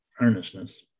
earnestness